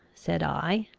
said i,